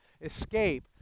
escape